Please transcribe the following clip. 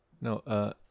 No